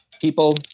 people